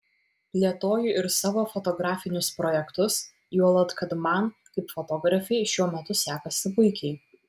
plėtoju ir savo fotografinius projektus juolab kad man kaip fotografei šiuo metu sekasi puikiai